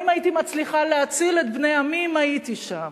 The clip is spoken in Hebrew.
האם הייתי מצליחה להציל את בני עמי אם הייתי שם?